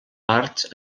parts